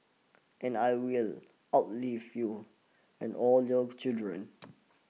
and I will outlive you and all your children